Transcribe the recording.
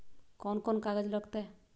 कौन कौन कागज लग तय?